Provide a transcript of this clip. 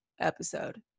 episode